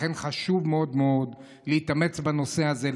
לכן חשוב מאוד מאוד להתאמץ בנושא הזה,